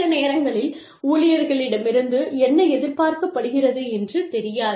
சில நேரங்களில் ஊழியர்களிடமிருந்து என்ன எதிர்பார்க்கப்படுகிறது என்று தெரியாது